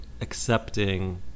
accepting